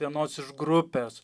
vienos iš grupės